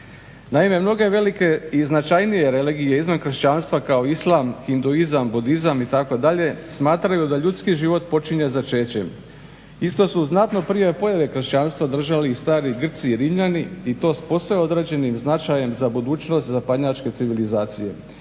Naime, mnoge velike i značajne religije izvan kršćanstva kao islam, hinduizam, budizam itd., smatraju da ljudski život počinje začećem. Isto su znatno prije pojave kršćanstva držali i stari Grci i Rimljani i to s posve određenim značajem za budućnost zapadnjačke civilizacije.